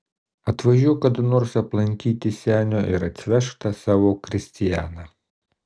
atvažiuok kada nors aplankyti senio ir atsivežk tą savo kristianą